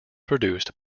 produced